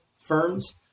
firms